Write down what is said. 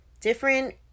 different